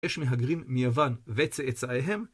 יש מהגרים מיוון וצאצאיהם.